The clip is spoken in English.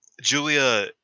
julia